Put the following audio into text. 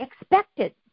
expected